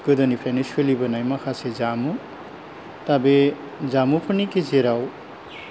गोदोनिफ्रायनो सोलिबोनाय माखासे जामु दा बे जामुफोरनि गेजेराव